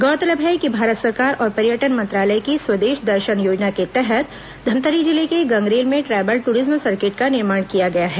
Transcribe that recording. गौरतलब है कि भारत सरकार और पर्यटन मंत्रालय की स्वदेश दर्शन योजना के तहत धमतरी जिले के गंगरेल में ट्रायबल ट्ररिज्म सर्किट का निर्माण किया गया है